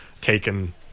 taken